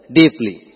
deeply